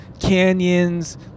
canyons